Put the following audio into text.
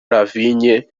lavigne